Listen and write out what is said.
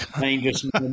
dangerous